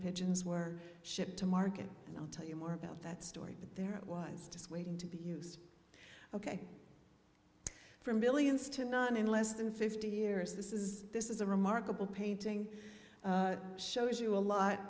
pigeons were shipped to market and i'll tell you more about that story but there it was dissuading to be used ok for millions to none in less than fifty years this is this is a remarkable painting shows you a lot